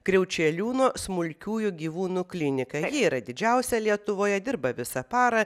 kriaučeliūno smulkiųjų gyvūnų kliniką yra didžiausia lietuvoje dirba visą parą